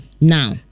Now